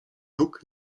nóg